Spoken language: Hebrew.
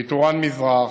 מטורעאן מזרח,